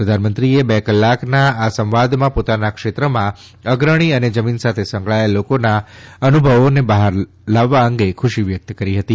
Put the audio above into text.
પ્રધાનમંત્રીએ બે કલાકના આ સંવાદમાં પોતાના ક્ષેત્રમાં અગ્રણી અને જમીન સાથે સંકળાયેલા લોકોના અનુભવોને બહાર લાવવા અંગે ખુશી વ્યક્ત કરી હતી